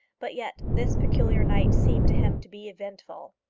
but yet this peculiar night seemed to him to be eventful.